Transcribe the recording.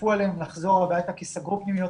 שכפו עליהם לחזור הביתה כי סגרו פנימיות